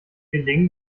gelingen